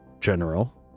general